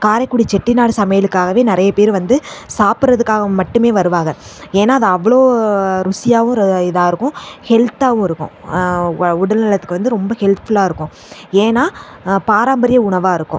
காரைக்குடி செட்டிநாடு சமையலுக்காகவே நிறைய பேரு வந்து சாப்புடறதுக்காக மட்டுமே வருவாங்க ஏன்னா அது அவ்வளோ ருசியாகவும் இதாக இருக்கும் ஹெல்த்தாகவும் இருக்கும் உடல் உடல்நலத்துக்கு வந்து ரொம்ப ஹெல்ப்ஃபுல்லாக இருக்கும் ஏன்னா பாராம்பரிய உணவாக இருக்கும்